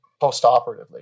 postoperatively